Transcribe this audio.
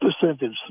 percentage